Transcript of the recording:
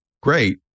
great